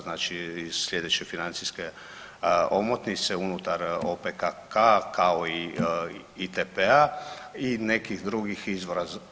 Znači iz slijedeće financijske omotnice unutar OPKK-a kao i ITP-a i nekih drugih izvora.